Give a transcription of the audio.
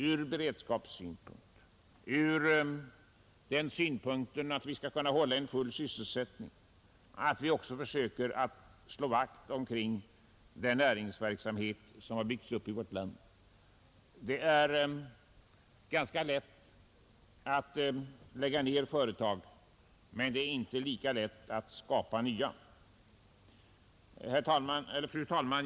Ur beredskapsoch sysselsättningssynpunkt är det nödvändigt att vi försöker slå vakt om den näringsverksamhet som byggts upp i vårt land. Det är ganska lätt att lägga ned företag, men det är inte lika lätt att starta nya. Fru talman!